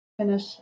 finish